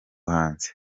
hanze